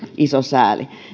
iso sääli